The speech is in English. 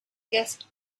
guest